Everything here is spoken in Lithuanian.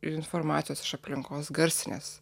informacijos iš aplinkos garsinės